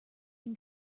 can